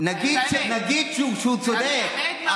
נגיד שהוא צודק.